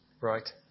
right